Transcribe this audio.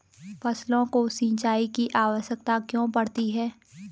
फसलों को सिंचाई की आवश्यकता क्यों पड़ती है?